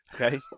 Okay